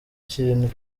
kintu